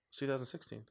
2016